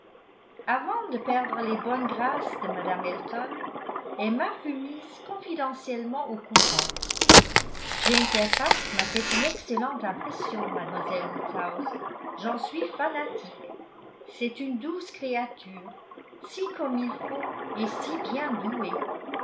avant de perdre les bonnes grâces de mme elton emma fut mise confidentiellement au courant jane fairfax m'a fait une excellente impression mademoiselle woodhouse j'en suis fanatique c'est une douce créature si comme il faut et si bien douée